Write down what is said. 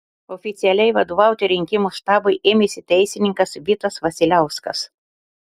oficialiai vadovauti rinkimų štabui ėmėsi teisininkas vitas vasiliauskas